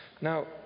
Now